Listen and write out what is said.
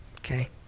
Okay